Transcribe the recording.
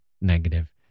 negative